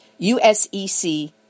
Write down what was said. USEC